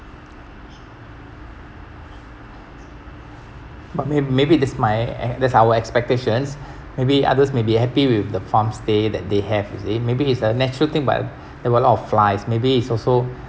but may~ maybe this might uh this is our expectations maybe others may be happy with the farmstay that they have is it maybe it's a natural thing but there were a lot of flies maybe it's also